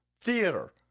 theater